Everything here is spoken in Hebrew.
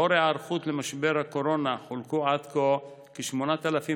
במסגרת ההיערכות למשבר הקורונה חולקו עד כה כ-8,000